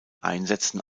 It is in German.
einsätzen